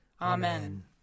Amen